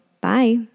Bye